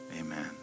Amen